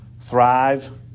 thrive